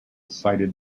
cited